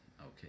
Okay